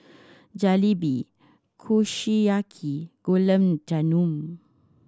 Jalebi Kushiyaki Gulab Jamun